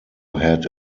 had